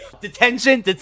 Detention